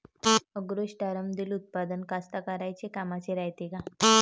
ॲग्रोस्टारमंदील उत्पादन कास्तकाराइच्या कामाचे रायते का?